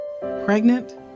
Pregnant